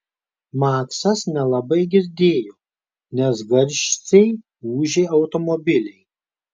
maksas nelabai girdėjo nes garsiai ūžė automobiliai